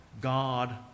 God